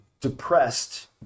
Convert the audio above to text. depressed